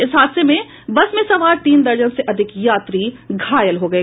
इस हादसे में बस में सवार तीन दर्जन से अधिक यात्री घायल हो गये